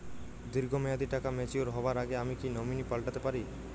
দীর্ঘ মেয়াদি টাকা ম্যাচিউর হবার আগে আমি কি নমিনি পাল্টা তে পারি?